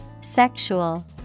Sexual